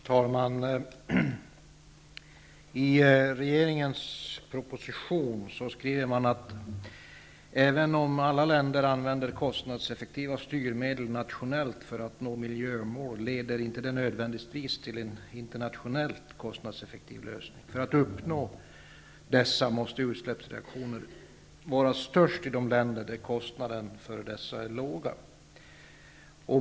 Herr talman! I propositionen skriver regeringen att även om alla länder använder kostnadseffektiva styrmedel nationellt för att nå miljömål leder det inte nödvändigtvis till en internationellt kostnadseffektiv lösning. För att uppnå dessa måste utsläppsreaktionerna vara störst i de länder där kostnaden för dessa är låga.